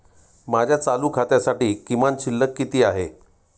माझ्या चालू खात्यासाठी किमान शिल्लक किती आहे?